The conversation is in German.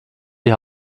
die